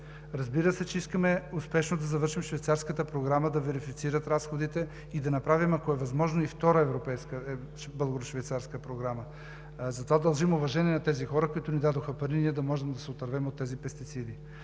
Разбира се, че искаме успешно да завършим Швейцарската програма, да верифицират разходите и да направим, ако е възможно, и втора Българо-швейцарска програма. Затова дължим уважение на тези хора, които ни дадоха пари, ние да можем да се отървем от тези пестициди.